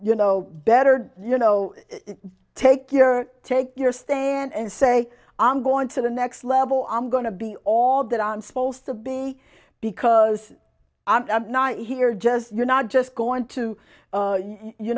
you know better you know take your or take your stand and say i'm going to the next level i'm going to be all that aren't supposed to be because i'm not here just you're not just going to